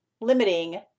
limiting